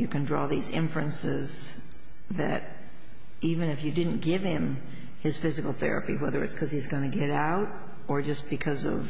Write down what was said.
you can draw these inferences that even if you didn't give him his physical therapy whether it's because he's going to get out or just because of